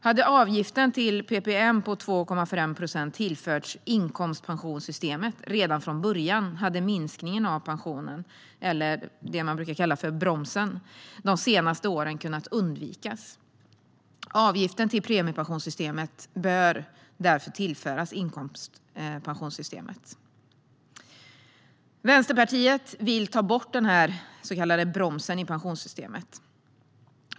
Om avgiften till PPM på 2,5 procent hade tillförts inkomstpensionssystemet redan från början hade minskningen av pensionerna - eller det man brukar kalla bromsen - de senaste åren kunnat undvikas. Avgiften till premiepensionssystemet bör därför tillföras inkomstpensionssystemet. Vänsterpartiet vill ta bort den så kallade bromsen i pensionssystemet.